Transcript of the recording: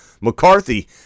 McCarthy